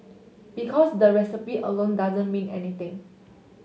because the recipe alone doesn't mean anything